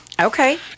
Okay